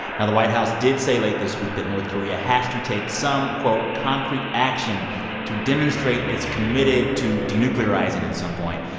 now the white house did say late this week that north korea has to take some, quote, concrete action to demonstrate it's committed to denuclearizing at some point.